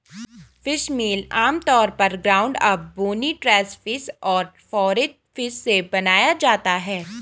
fishmeal आमतौर पर ground up, bony trash fish और फोरेज फिश से बनाया जाता है